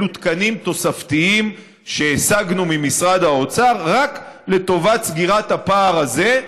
אלו תקנים תוספתיים שהשגנו ממשרד האוצר רק לטובת סגירת הפער הזה.